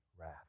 wrath